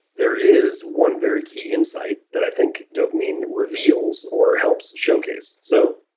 there is one very key insight that i think dopamine reveals or helps showcase. so